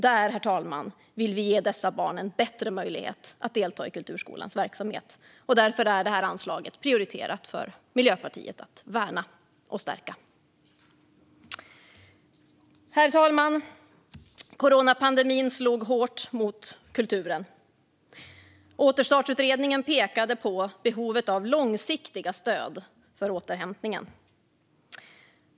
Vi vill ge dessa barn en bättre möjlighet att delta i kulturskolans verksamhet, herr talman, och därför är det prioriterat för Miljöpartiet att värna och stärka detta anslag. Herr talman! Coronapandemin slog hårt mot kulturen. Återstartsutredningen pekade på behovet av långsiktiga stöd för återhämtningen.